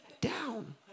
down